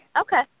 Okay